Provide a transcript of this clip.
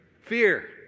Fear